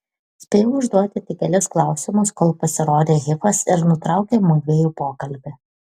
spėjau užduoti tik kelis klausimus kol pasirodė hifas ir nutraukė mudviejų pokalbį